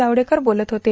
जावडेकर बोलत होते